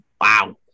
Wow